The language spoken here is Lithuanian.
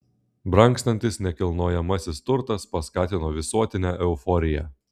brangstantis nekilnojamasis turtas paskatino visuotinę euforiją